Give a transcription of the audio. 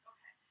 Okay